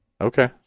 Okay